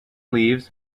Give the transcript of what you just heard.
leaves